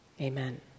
Amen